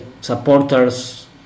supporters